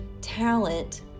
talent